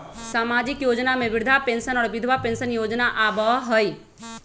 सामाजिक योजना में वृद्धा पेंसन और विधवा पेंसन योजना आबह ई?